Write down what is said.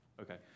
Okay